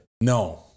No